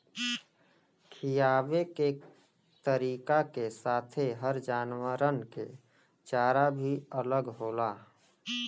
खिआवे के तरीका के साथे हर जानवरन के चारा भी अलग होला